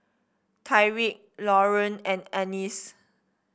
Tyriq Lauryn and Annice